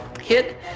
hit